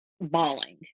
bawling